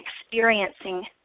experiencing